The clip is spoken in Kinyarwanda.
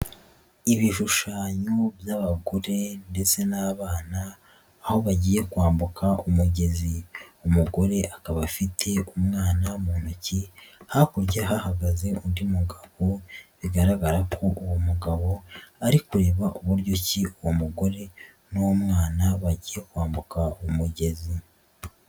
Ibishushanyo by'abagore ndetse n'abana aho bagiye kwambuka umugezi, umugore akaba afite umwana mu ntoki, hakurya hahagaze undi mugabo bigaragara ko uwo mugabo ari kureba uburyo ki uwo mugore n'umwana bagiye kwambuka umugezi.